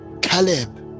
caleb